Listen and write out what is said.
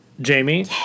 Jamie